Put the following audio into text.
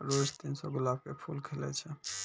रोज तीन सौ गुलाब के फूल खिलै छै